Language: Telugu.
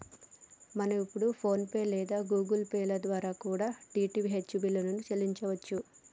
మనం ఇప్పుడు ఫోన్ పే లేదా గుగుల్ పే ల ద్వారా కూడా డీ.టీ.హెచ్ బిల్లుల్ని చెల్లించచ్చు